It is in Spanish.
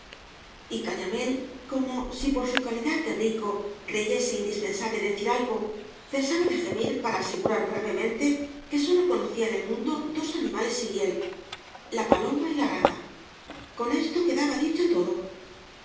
y caña mél como si por su calidad de rico creyese indispensable decir algo cesaba de gemir para asegurar gravemente que sólo conocía en el mundo dos animales sin hiél la paloma y la rata con esto quedaba dicho todo